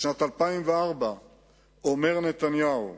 בשנת 2004 אומר נתניהו: